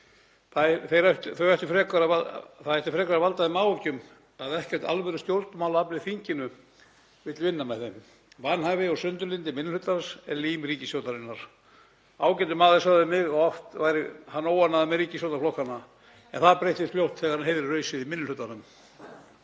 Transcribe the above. Það ætti frekar að valda þeim áhyggjum að ekkert alvörustjórnmálaafl í þinginu vill vinna með þeim. Vanhæfi og sundurlyndi minni hlutans er lím ríkisstjórnarinnar. Ágætur maður sagði við mig að oft væri hann óánægður með ríkisstjórnarflokkana en það breyttist fljótt þegar hann heyrði rausið í minni hlutanum.